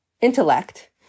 intellect